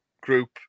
group